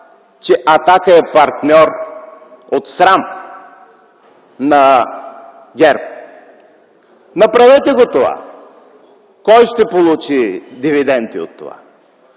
че „Атака” е партньор от срам на ГЕРБ. Направете го това. Кой ще получи дивиденти от това?